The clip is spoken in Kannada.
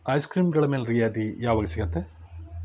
ಐಸ್ ಕ್ರೀಮ್ಗಳ ಮೇಲೆ ರಿಯಾಯಿತಿ ಯಾವಾಗ ಸಿಗುತ್ತೆ